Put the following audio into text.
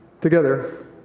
together